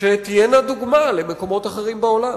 שתהיינה דוגמה למקומות אחרים בעולם.